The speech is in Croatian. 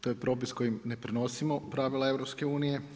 To je propis kojim ne prenosimo pravila EU.